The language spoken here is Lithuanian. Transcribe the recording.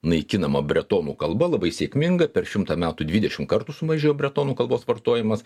naikinama bretonų kalba labai sėkmingai per šimtą metų dvidešim kartų sumažėjo bretonų kalbos vartojimas